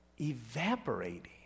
evaporating